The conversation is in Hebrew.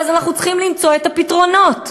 אנחנו צריכים למצוא את הפתרונות,